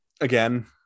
again